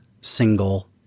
single